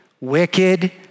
wicked